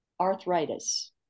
arthritis